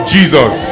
Jesus